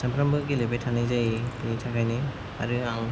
सामफ्रामबो गेलेबाय थानाय जायो बिनि थाखायनो आरो आं